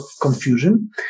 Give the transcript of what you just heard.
confusion